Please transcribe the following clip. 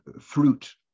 fruit